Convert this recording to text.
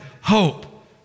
hope